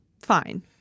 Fine